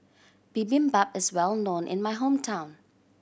bibimbap is well known in my hometown